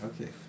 Okay